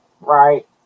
right